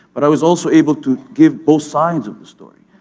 but i was also able to give both sides of the story.